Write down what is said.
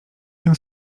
się